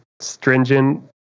stringent